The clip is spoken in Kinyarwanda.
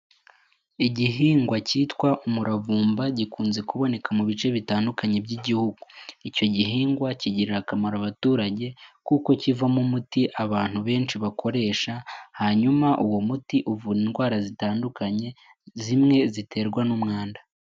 Igihingwa kitwa umuravumba, gikunze kuboneka mu bice bitandukanye by'igihugu. Icyo gihingwa kigirira akamaro abaturage, kuko kivamo umuti abantu benshi bakoresha, hanyuma uwo muti uvura indwara zitandukanye, zimwe ziterwa n'umwanda.